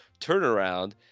turnaround